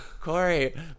Corey